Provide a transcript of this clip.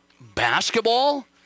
Basketball